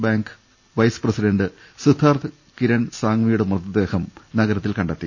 bank vice president Siddharth Kiran സാംഗ്വിയുടെ മൃതദേഹം നഗരത്തിൽ കണ്ടെത്തി